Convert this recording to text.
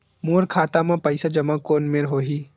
मोर खाता मा पईसा जमा कोन मेर होही?